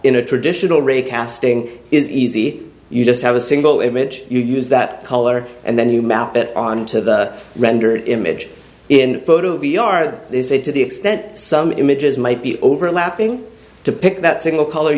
in a traditional recasting is easy you just have a single image you use that color and then you map it on to the render image in photo v o r this it to the extent some images might be overlapping to pick that single color